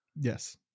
Yes